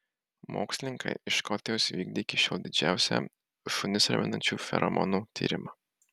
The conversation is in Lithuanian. mokslininkai iš škotijos vykdė iki šiol didžiausią šunis raminančių feromonų tyrimą